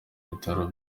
bitaro